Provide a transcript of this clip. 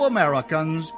Americans